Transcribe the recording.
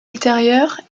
ultérieures